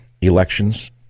elections